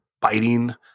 biting